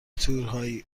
تورهای